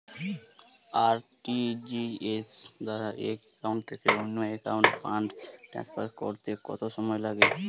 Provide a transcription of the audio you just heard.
RTGS দ্বারা এক account থেকে অন্য একাউন্টে ফান্ড ট্রান্সফার করতে কত সময় লাগে?